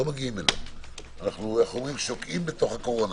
אנחנו שוקעים בתוך הקורונה.